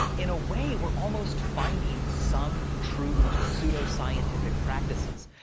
in a way, we're almost finding some truth to pseudo scientific practices.